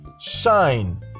shine